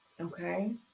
okay